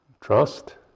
trust